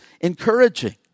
encouraging